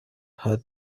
heard